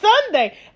Sunday